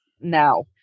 now